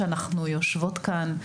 שאנחנו יושבות כאן,